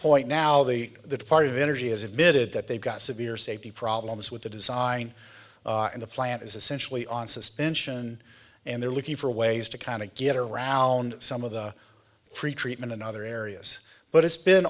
point now the that part of energy has admitted that they've got severe safety problems with the design and the plant is essentially on suspension and they're looking for ways to kind of get around some of the pretreatment and other areas but it's been